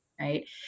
right